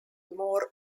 more